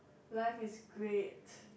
life is great